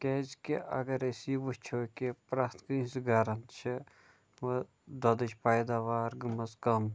کیٛازِکہِ اگر أسۍ یہِ وُچھو کہِ پرٛیٚتھ کٲنٛسہِ گھَرَس چھِ وۄنۍ دۄدھٕچۍ پیداوار گٔمٕژ کَم